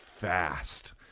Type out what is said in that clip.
fast